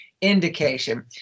indication